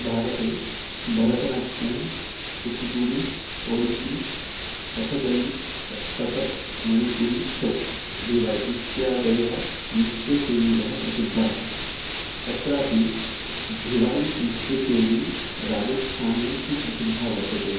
भारते भरतनाट्यं कुचिपुडि ओडिसि कथकलि कथ्थक मणिपुरि छौ बिवै इत्यादयः नृत्यशैल्यः प्रसिद्धः तत्रापि भिवै नृत्यशैली राजस्थाने सुप्रसिद्धा वर्तते